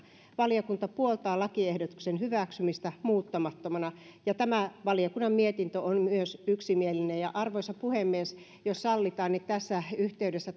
valiokunta puoltaa lakiehdotuksen hyväksymistä muuttamattomana ja tämä valiokunnan mietintö on myös yksimielinen arvoisa puhemies jos sallitaan niin tässä yhteydessä